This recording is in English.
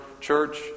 church